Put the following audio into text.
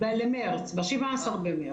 ב-17 למרץ.